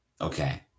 Okay